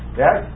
yes